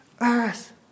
earth